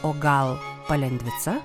o gal palendvica